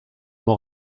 m’en